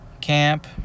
camp